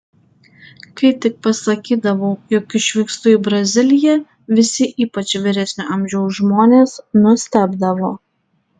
kai tik pasakydavau jog išvykstu į braziliją visi ypač vyresnio amžiaus žmonės nustebdavo